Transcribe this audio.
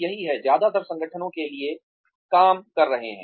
यही है ज्यादातर संगठनों के लिए काम कर रहे हैं